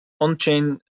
on-chain